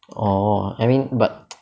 orh I mean but